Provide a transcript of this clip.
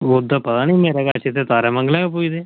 ओह् ते पता निं मेरे कश ते तारें मंगलें गै पुजदे